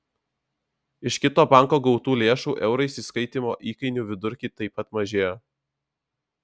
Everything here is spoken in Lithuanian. iš kito banko gautų lėšų eurais įskaitymo įkainių vidurkiai taip pat mažėjo